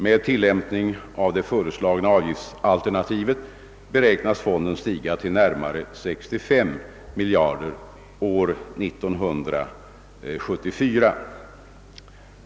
Med tillämpning av det föreslagna avgiftsalternativet beräknas fonden stiga till närmare 65 miljarder kronor år 1974.